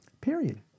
Period